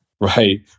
right